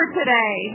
today